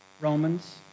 Romans